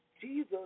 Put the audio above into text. Jesus